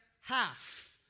half